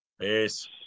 Peace